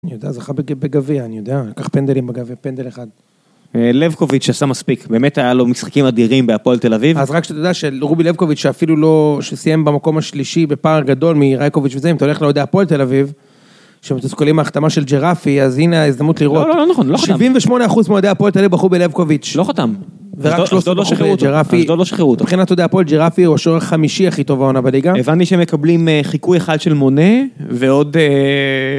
אני יודע, זכה בגביע, אני יודע, לקח פנדלים בגביע, פנדל אחד. לבקוביץ' עשה מספיק, באמת היה לו משחקים אדירים בהפועל תל אביב. אז רק שתדע שלרובי לבקוביץ', שאפילו לא... שסיים במקום השלישי בפער גדול מרייקוביץ' וזה, אם אתה הולך לאוהדי הפועל תל אביב, שמתוסכלים מההחתמה של ג'ראפי, אז הנה ההזדמנות לראות. לא, לא נכון, לא חתם. 78% מאוהדי הפועל תל אביב בחרו בלבקוביץ'. -הוא לא חתם -ורק שלוש עשרה אחוז ג'ראפי. אשדוד לא שחררו אותו. מבחינת אוהדי הפועל, ג'ראפי הוא השוער החמישי הכי טוב העונה בליגה. הבנתי שמקבלים חיקוי אחד של מונה ועוד...